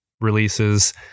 releases